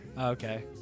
Okay